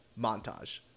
montage